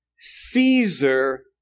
Caesar